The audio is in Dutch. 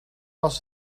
was